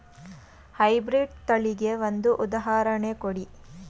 High breed ತಳಿಗೆ ಒಂದು ಉದಾಹರಣೆ ಕೊಡಿ?